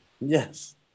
Yes